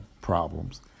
problems